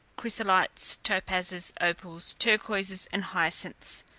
chrysolites, topazes, opals, turquoises, and hyacinths,